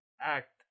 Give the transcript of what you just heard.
act